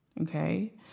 okay